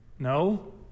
No